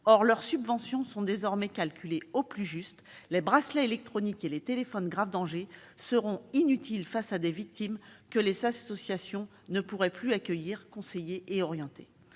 Leurs subventions sont désormais calculées au plus juste. Les bracelets électroniques et les téléphones grave danger seront inutiles si les associations ne peuvent plus accueillir, conseiller et orienter